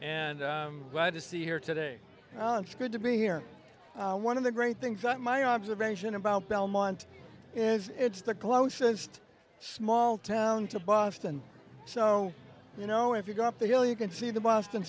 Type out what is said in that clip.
and glad to see here today well it's good to be here one of the great things about my observation about belmont is it's the closest small town to boston so you know if you go up the hill you can see the boston